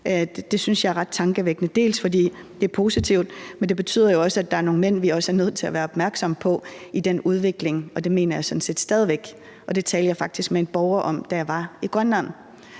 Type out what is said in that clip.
Det synes jeg er ret tankevækkende, dels fordi det er positivt, dels fordi det jo også betyder, at der er nogle mænd, vi er nødt til at være opmærksomme på i den udvikling, og det mener jeg sådan set stadig væk, og det talte jeg faktisk med en borger om, da jeg var i Grønland.